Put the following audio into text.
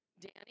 Danny